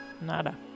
Nada